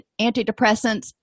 antidepressants